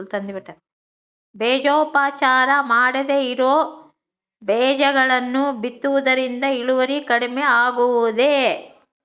ಬೇಜೋಪಚಾರ ಮಾಡದೇ ಇರೋ ಬೇಜಗಳನ್ನು ಬಿತ್ತುವುದರಿಂದ ಇಳುವರಿ ಕಡಿಮೆ ಆಗುವುದೇ?